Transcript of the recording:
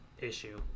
issue